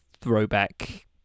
throwback